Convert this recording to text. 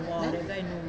then